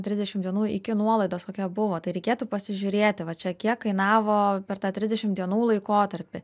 trisdešimt dienų iki nuolaidos kokia buvo tai reikėtų pasižiūrėti va čia kiek kainavo per tą trisdešimt dienų laikotarpį